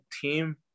team